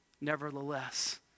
Nevertheless